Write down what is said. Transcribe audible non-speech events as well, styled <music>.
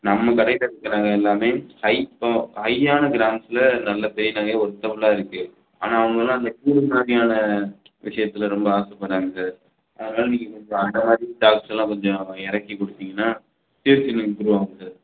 நம்ம கடையில் இருக்கிற எல்லாமே ஹை கொ ஹையான கிராம்ஸில் நல்ல பெரிய நகையாக ஒர்த்தபுளாக இருக்குது ஆனால் அவங்களெல்லாம் அந்த <unintelligible> மாதிரியான விஷயத்துல ரொம்ப ஆசைப்பட்றாங்க சார் அதனாலே நீங்கள் கொஞ்சம் அந்த மாதிரி ஸ்டாக்ஸ்லாம் கொஞ்சம் இறக்கி கொடுத்தீங்கன்னா சேல்ஸ் இன்னும் இம்ப்ரூவ் ஆகும் சார்